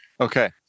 Okay